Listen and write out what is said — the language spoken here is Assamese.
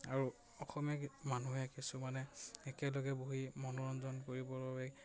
আৰু অসমীয়া মানুহে কিছুমানে একেলগে বহি মনোৰঞ্জন কৰিবৰ বাবে